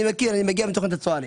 אני מגיע משם ומכיר.